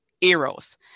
Eros